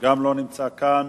גם לא נמצא כאן.